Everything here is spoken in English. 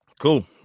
cool